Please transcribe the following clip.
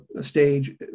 stage